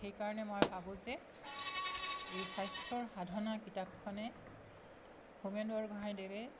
সেইকাৰণে মই ভাবোঁ যে এই স্বাস্থ্যৰ সাধনা কিতাপখনে হোমেন বৰগোহাঁইদেৱে